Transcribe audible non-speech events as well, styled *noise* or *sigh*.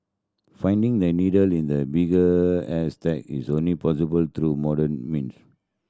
finding they needle in the bigger *unintelligible* is only possible through modern means